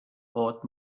port